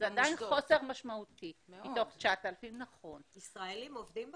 זה עדיין חוסר משמעותי מתוך 9,000. ישראלים עובדים במוסדות?